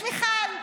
יש מיכל.